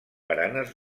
baranes